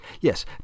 Yes